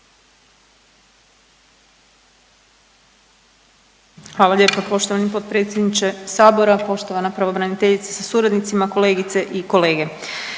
Hvala lijepo poštovani potpredsjedniče HS, poštovana pravobraniteljice sa suradnicima, državna tajnice,